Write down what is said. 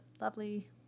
lovely